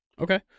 Okay